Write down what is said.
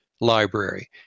library